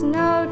no